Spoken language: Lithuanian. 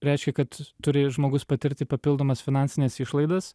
reiškia kad turi žmogus patirti papildomas finansines išlaidas